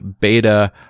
beta